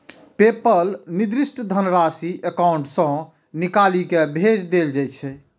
PayPal निर्दिष्ट धनराशि account सं निकालि कें भेज दै छै